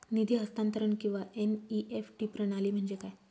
निधी हस्तांतरण किंवा एन.ई.एफ.टी प्रणाली म्हणजे काय?